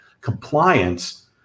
Compliance